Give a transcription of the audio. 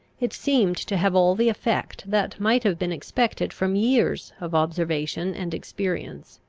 it seemed to have all the effect that might have been expected from years of observation and experience.